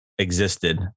existed